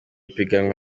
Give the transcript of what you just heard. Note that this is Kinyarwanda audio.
piganwa